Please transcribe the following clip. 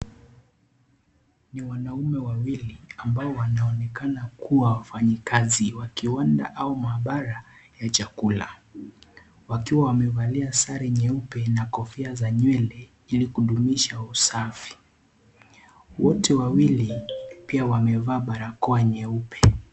Ni wanaume wawili ambao wanaonekana kuwa wafanyikazi wa kiwanda au maabara ya chakula, wakiwa wamevalia sare nyeupe na kofia za nywele ili kudumisha usafi, wote wawili pia wamevaa barakoa nyeupe.